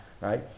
Right